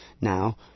Now